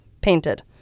painted